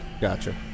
Gotcha